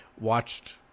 watched